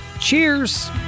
Cheers